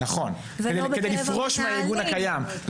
כדי לפרוש מן הארגון הקיים.